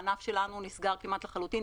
הענף שלנו נסגר כמעט לחלוטין.